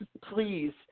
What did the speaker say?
please